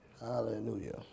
Hallelujah